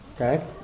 Okay